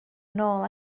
nôl